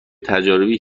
تجاربی